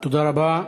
תודה רבה.